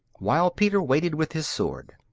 while peter waited with his sword.